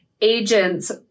agents